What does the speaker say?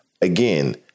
again